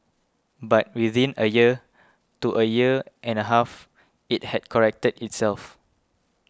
but within a year to a year and a half it had corrected itself